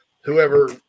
whoever